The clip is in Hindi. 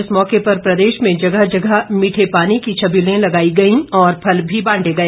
इस मौके पर प्रदेश में जगह जगह मीठे पानी की छबीले लगाई गई और फल भी बांटे गए